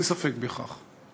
אין ספק בכך.